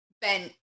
Ben